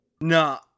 no